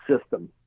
system